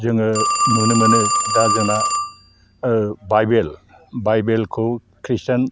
जोङो नुनो मोनो दा जोंना बाइबेल बाइबेलखौ खृष्टान